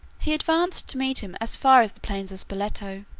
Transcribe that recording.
he advanced to meet him as far as the plains of spoleto.